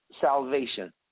Salvation